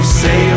say